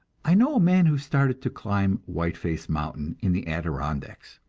i know a man who started to climb whiteface mountain in the adirondacks.